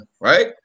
right